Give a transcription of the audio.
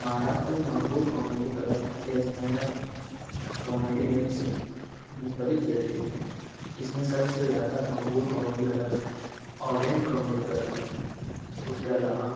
مہاراشٹ میں مقبول comedy club یا اسٹینڈاپ کامیڈی ایوینٹس مختلف طریقے کے ہیں اس میں سب سے زیادہ مقبول comedy club orange comedy club ہے اس کے علاوہ